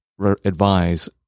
advise